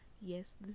yes